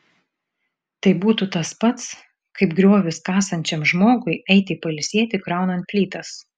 tai būtų tas pats kaip griovius kasančiam žmogui eiti pailsėti kraunant plytas